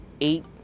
eight